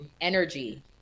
energy